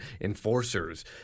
enforcers